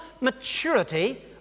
maturity